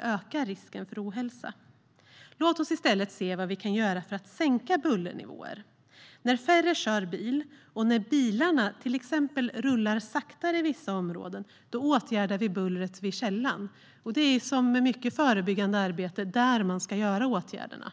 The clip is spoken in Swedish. ökar risken för ohälsa. Låt oss i stället se vad vi kan göra för att sänka bullernivåerna. När färre kör bil och när bilarna till exempel rullar saktare i vissa områden åtgärdar vi bullret vid källan. Som vid mycket förebyggande arbete är det där man ska sätta in åtgärderna.